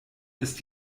ist